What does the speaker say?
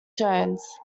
jones